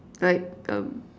like um